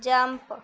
jump